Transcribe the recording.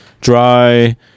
Dry